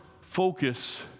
focus